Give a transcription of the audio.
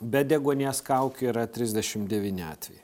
be deguonies kaukių yra trisdešim devyni atvejai